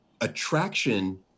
Attraction